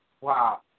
Wow